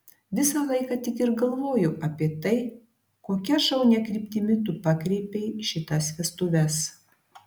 visą laiką tik ir galvoju apie tai kokia šaunia kryptimi tu pakreipei šitas vestuves